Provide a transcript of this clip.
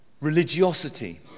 Religiosity